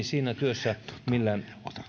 siinä työssä millä